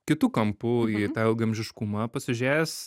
kitu kampu į tą ilgaamžiškumą pasižiūrėjęs